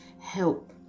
help